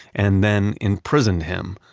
and then imprisoned him,